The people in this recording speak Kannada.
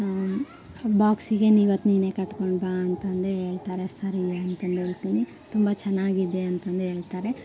ಬಾಕ್ಸಿಗೆ ನೀ ಇವತ್ತು ನೀನೆ ಕಟ್ಕೊಂಡು ಬಾ ಅಂತಂದು ಹೇಳ್ತಾರೆ ಸರಿ ಅಂತಂದೇಳ್ತೀನಿ ತುಂಬ ಚೆನ್ನಾಗಿದೆ ಅಂತಂದು ಹೇಳ್ತಾರೆ